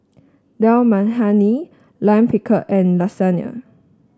Dal Makhani Lime Pickle and Lasagne